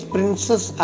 Princess